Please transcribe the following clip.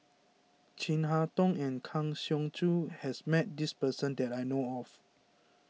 Chin Harn Tong and Kang Siong Joo has met this person that I know of